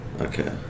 Okay